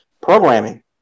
programming